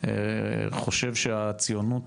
חושב שהציונות